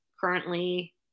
currently